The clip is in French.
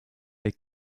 les